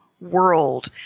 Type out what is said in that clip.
world